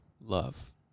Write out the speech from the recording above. love